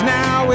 now